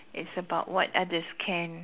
it's about what others can